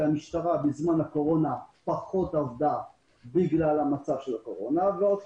כי המשטרה בזמן הקורונה עבדה פחות בגלל המצב ואותו